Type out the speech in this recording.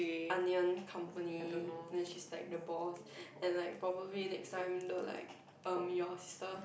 onion company then she's like the boss and like probably next time the like erm your sister